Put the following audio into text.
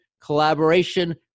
collaboration